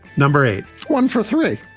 number eight one four, three.